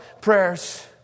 prayers